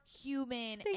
human